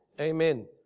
Amen